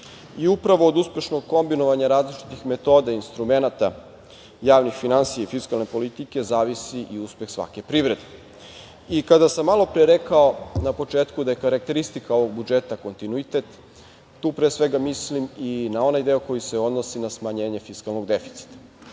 i upravo od uspešnog kombinovanja različitih metoda instrumenata javnih finansija i fiskalne politike zavisi i uspeh svake privrede. Kada sam na početku rekao da je karakteristika ovog budžeta kontinuitet, tu pre svega mislim i na onaj deo koji se odnosi na smanjenje fiskalnog deficita.Za